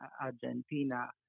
Argentina